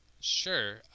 Sure